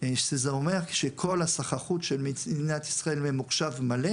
שזה אומר שכל הסחר חוץ של מדינת ישראל ממוחשב מלא.